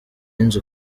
inzu